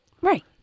Right